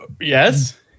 Yes